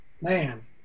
man